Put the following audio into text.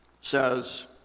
says